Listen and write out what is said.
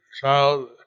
child